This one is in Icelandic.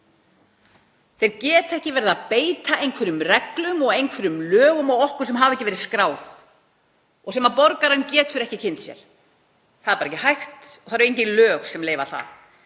Þau geta ekki beitt einhverjum reglum og lögum á okkur sem hafa ekki verið skráð og sem borgarinn getur ekki kynnt sér. Það er bara ekki hægt og það eru engin lög sem leyfa það.